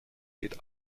geht